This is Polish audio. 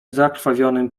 zakrwawionym